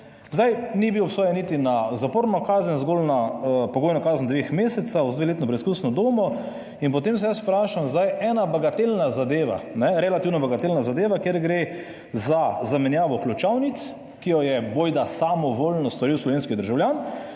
Zdaj ni bil obsojen niti na zaporno kazen, zgolj na pogojno kazen dveh mesecev z dveletno preizkusno dobo, in potem se jaz vprašam zdaj, ena bagatelna zadeva, relativno bagatelna zadeva, kjer gre za zamenjavo ključavnic, ki jo je bojda samovoljno storil slovenski državljan,